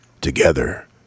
Together